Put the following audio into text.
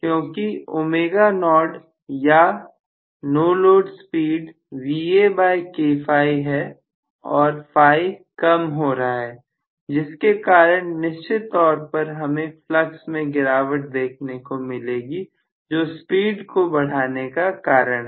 क्योंकि ω0 या no load speed है और φ कम हो रहा है जिसके कारण निश्चित तौर पर हमें फ्लक्स में गिरावट देखने को मिलेगी जो स्पीड को बढ़ाने का कारण है